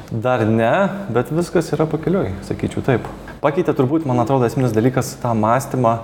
dar ne bet viskas yra pakeliui sakyčiau taip pakeitė turbūt man atrodo esminis dalykas tą mąstymą